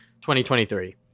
2023